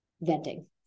venting